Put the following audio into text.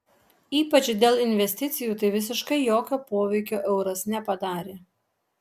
ypač dėl investicijų tai visiškai jokio poveikio euras nepadarė